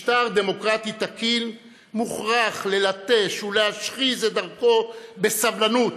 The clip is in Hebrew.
משטר דמוקרטי תקין מוכרח ללטש ולהשחיז את דרכו בסבלנות,